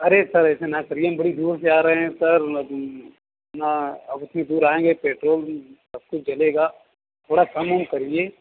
अरे सर ऐसा ना करिए हम बड़ी दूर से आ रहे हैं सर अब इतनी दूर आएँगे पेट्रोल सब कुछ जलेगा थोड़ा कम अम करिए